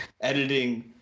editing